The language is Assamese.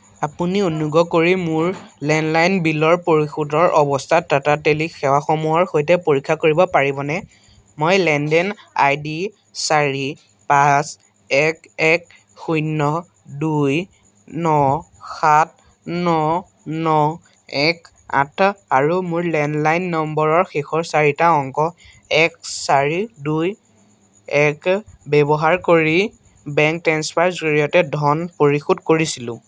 আপুনি অনুগ্ৰহ কৰি মোৰ লেণ্ডলাইন বিলৰ পৰিশোধৰ অৱস্থা টাটা টেলি সেৱাসমূহৰ সৈতে পৰীক্ষা কৰিব পাৰিবনে মই লেনদেন আই ডি চাৰি পাঁচ এক এক শূন্য দুই ন সাত ন ন এক আঠ আৰু মোৰ লেণ্ডলাইন নম্বৰৰ শেষৰ চাৰিটা অংক এক চাৰি দুই এক ব্যৱহাৰ কৰি বেংক ট্ৰেন্সফাৰ জৰিয়তে ধন পৰিশোধ কৰিছিলোঁ